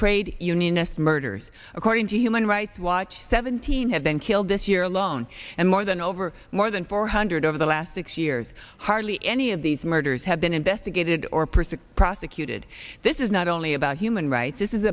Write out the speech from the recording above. trade unionist murders according to human rights watch seventeen have been killed this year alone and more than over more than four hundred over the last six years hardly any of these murders have been investigated or pursued prosecuted this is not only about human rights this is